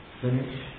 finish